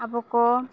ᱟᱵᱚ ᱠᱚ